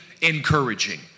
encouraging